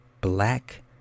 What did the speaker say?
black